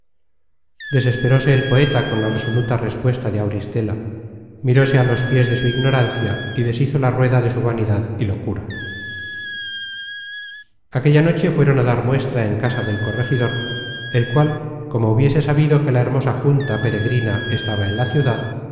desesperóse el poeta con la resoluta respuesta de auristela miróse á los piés de su ignorancia y deshizo la rueda de su vanidad y locura content from google book search generated at aquella noche fueron á dar muestra en casa del corregidor el cual como hubiese sabido que la hermosa junta peregrina estaba en la ciudad